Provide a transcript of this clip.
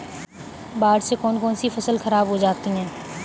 बाढ़ से कौन कौन सी फसल खराब हो जाती है?